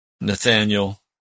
Nathaniel